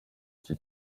iki